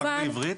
רק בעברית?